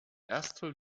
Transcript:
erster